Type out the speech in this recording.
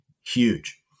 huge